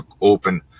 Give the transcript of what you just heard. open